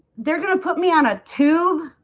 they're gonna put me on a tube,